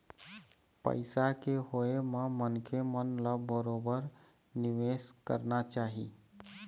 पइसा के होय म मनखे मन ल बरोबर निवेश करना चाही